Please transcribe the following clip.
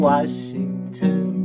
Washington